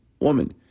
woman